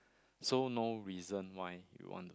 so no reason why you want